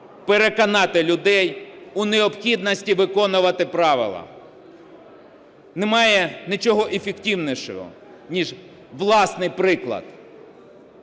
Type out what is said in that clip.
переконати людей у необхідності виконувати правила. Немає нічого ефективнішого, ніж власний приклад.